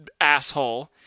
asshole